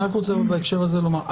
אני רק רוצה בהקשר הזה לומר.